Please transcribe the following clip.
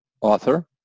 author